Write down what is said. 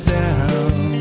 down